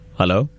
Hello